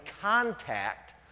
contact